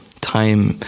time